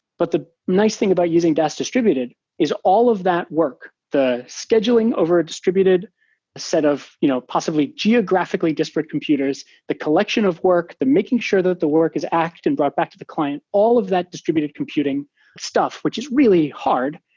but the nice thing about using dask distributed is all of that work, the scheduling over a distributed set of you know possibly geographically disparate computers, the collection of work, the making sure that the work is act and brought back to the client. all of that distributed computing stuff, which is really hard.